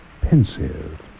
Pensive